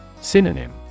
Synonym